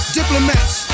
Diplomats